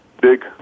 big